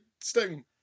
Sting